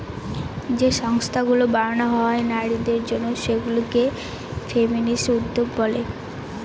যে সংস্থাগুলো বানানো হয় নারীদের জন্য সেগুলা কে ফেমিনিস্ট উদ্যোক্তা বলে